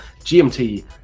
GMT